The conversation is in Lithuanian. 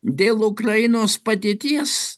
dėl ukrainos padėties